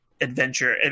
adventure